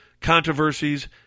controversies